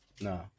No